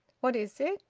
what is it?